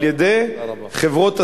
על-ידי חברות הסלולר,